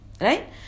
Right